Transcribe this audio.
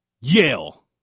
Yale